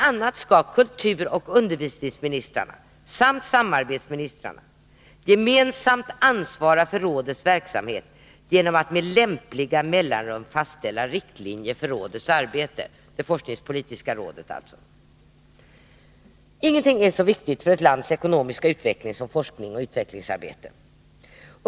a. skall kulturoch undervisningsministrarna samt samarbetsministrarna gemensamt ansvara för rådets verksamhet, genom att med lämpliga mellanrum fastställa riktlinjer för det forskningspolitiska rådets arbete. Ingenting är så viktigt för ett lands ekonomiska utveckling som forskningsoch utvecklingsarbete.